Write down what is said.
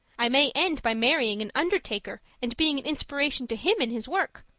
i may end by marrying an undertaker and being an inspiration to him in his work.